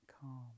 calm